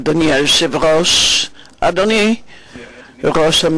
אדוני היושב-ראש,